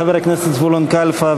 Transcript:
חבר הכנסת זבולון קלפה,